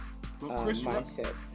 mindset